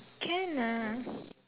can ah